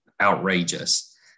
outrageous